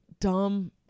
dumb